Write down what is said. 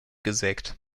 gesägt